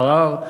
ערר,